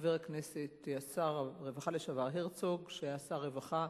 לחבר הכנסת הרצוג, שהיה שר הרווחה